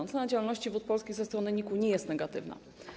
Ocena działalności Wód Polskich ze strony NIK nie jest negatywna.